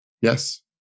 Yes